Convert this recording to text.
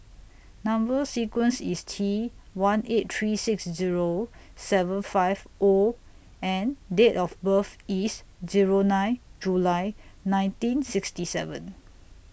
Number sequence IS T one eight three six Zero seven five O and Date of birth IS Zero nine July nineteen sixty seven